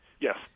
Yes